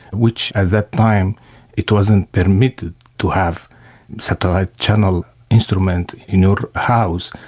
which at that time it wasn't permitted to have satellite channel instrument in your house.